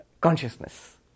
consciousness